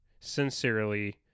Sincerely